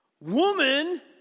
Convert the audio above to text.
woman